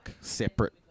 separate